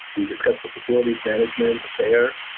we discussed the facilities management there.